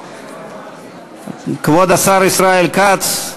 כבוד השר ישראל כץ.